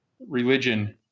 religion